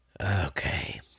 Okay